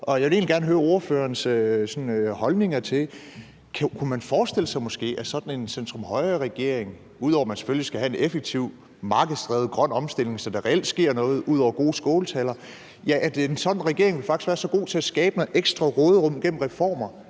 Jeg vil egentlig gerne høre hr. Martin Lidegaards holdninger til, om man måske kunne forestille sig, at sådan en centrum-højre-regering – ud over at man selvfølgelig skal have en effektiv markedsdrevet grøn omstilling, så der reelt sker mere, end at der bliver holdt gode skåltaler – faktisk vil være så god til at skabe ekstra råderum gennem reformer,